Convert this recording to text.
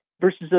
Versus